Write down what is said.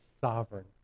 sovereign